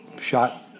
Shot